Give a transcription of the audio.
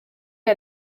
iyi